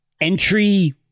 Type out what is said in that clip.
entry